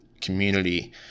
community